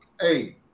Hey